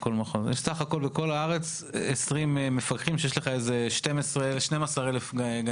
סך הכול בכל הארץ 20 מפקחים כשיש 12,000 גנים.